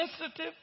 sensitive